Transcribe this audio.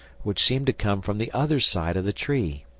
which seemed to come from the other side of the tree.